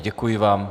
Děkuji vám.